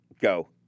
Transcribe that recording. Go